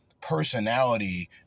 personality